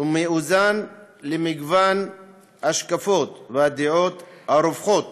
ומאוזן למגוון ההשקפות והדעות הרווחות